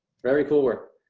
very cool work.